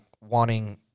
wanting